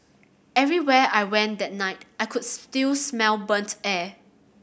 everywhere I went that night I could still smell burnt air